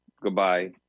Goodbye